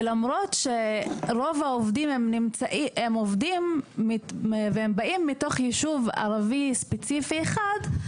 ולמרות שרוב העובדים הם עבדים והם באים מתוך ישוב ערבי ספציפי אחד,